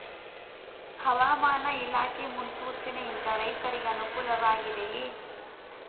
ಹವಾಮಾನ ಇಲಾಖೆ ಮುನ್ಸೂಚನೆ ಯಿಂದ ರೈತರಿಗೆ ಅನುಕೂಲ ವಾಗಿದೆಯೇ?